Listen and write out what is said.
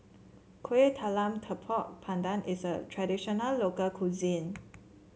Kueh Talam Tepong Pandan is a traditional local cuisine